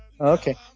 Okay